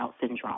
syndrome